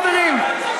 חברים,